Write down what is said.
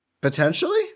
Potentially